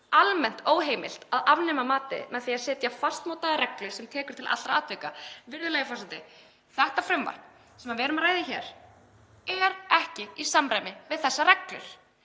almennt óheimilt að afnema matið með því að setja fastmótaða reglu sem tekur til allra atvika. Virðulegi forseti. Það frumvarp sem við ræðum hér er ekki í samræmi við þessar almennu